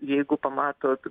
jeigu pamatot